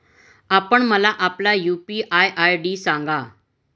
आपण मला आपला यू.पी.आय आय.डी सांगा